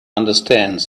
understands